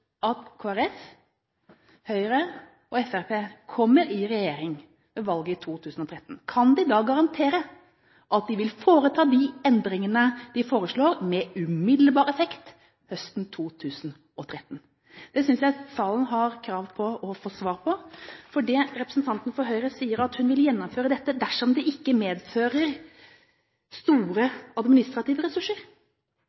at Kristelig Folkeparti, Høyre og Fremskrittspartiet kommer i regjering ved valget i 2013, kan de da garantere at de vil foreta de endringene de foreslår, med umiddelbar effekt høsten 2013? Det synes jeg salen har krav på å få svar på, for det representanten fra Høyre sier, er at hun vil gjennomføre dette dersom det ikke medfører store